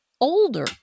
older